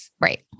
right